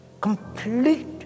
complete